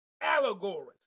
allegories